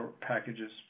packages